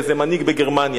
לאיזה מנהיג בגרמניה,